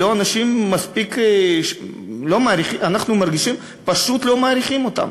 אנחנו מרגישים שפשוט לא מעריכים אותם,